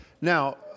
Now